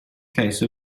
case